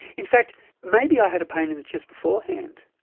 in fact maybe i had a pain in the chest beforehand.